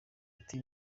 ati